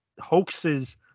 Hoaxes